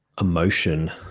emotion